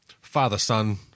father-son